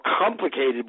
complicated